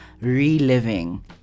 reliving